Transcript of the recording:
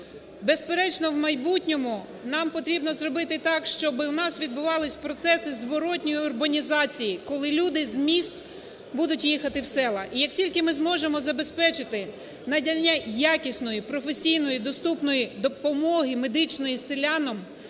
Безперечно, в майбутньому нам потрібно зробити так, щоб у нас відбувались процеси зворотньої урбанізації. Коли люди з міст будуть їхати в села. І як тільки ми зможемо забезпечити надання якісної, професійної і доступної допомоги медичної селянам,